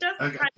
Okay